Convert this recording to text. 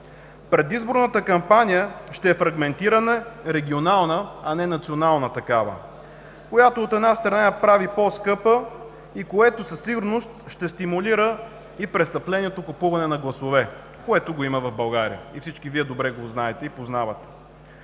Предизборната кампания ще е фрагментирана, регионална, а не национална такава, което от една страна я прави по-скъпа и със сигурност ще стимулира и престъплението „купуване на гласове“. Това го има в България и всички Вие добре го знаете и познавате.